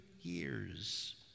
years